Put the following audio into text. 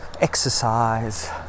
exercise